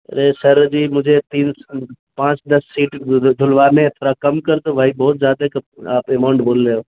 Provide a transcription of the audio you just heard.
ارے sir ji مجھے تین پانچ دس سیٹ دھلوانے ہیں تھوڑا کم کر دو بھائی بہت زیادہ آپ اماؤنٹ بول رہے ہو